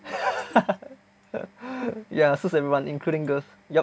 ya suits everyone including girls yup